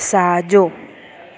साॼो